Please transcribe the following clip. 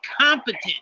competent